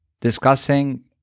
discussing